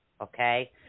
okay